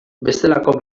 bestelako